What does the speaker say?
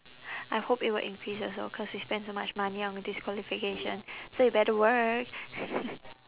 I hope it will increase also cause we spend so much money on this qualification so you better work